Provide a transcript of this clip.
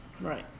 Right